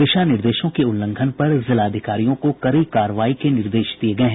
दिशा निर्देशों के उल्लंघन पर जिलाधिकारियों को कड़ी कार्रवाई के निर्देश दिये गये हैं